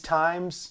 times